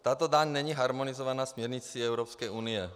Tato daň není harmonizovaná směrnicí Evropské unie.